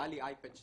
היה לי אייפד 2